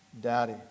Daddy